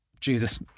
Jesus